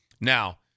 Now